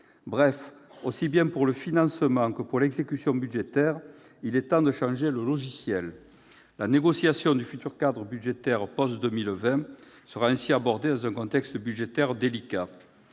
Bref, aussi bien pour le financement que pour l'exécution budgétaire, il est temps de changer le logiciel. La négociation du futur cadre budgétaire post-2020 sera ainsi abordée dans un contexte budgétaire délicat.